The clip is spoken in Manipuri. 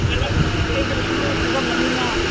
ꯃꯌꯥꯝ ꯑꯃ ꯊꯣꯛꯑꯝꯃꯅꯤꯅꯦ